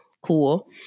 Cool